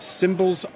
symbols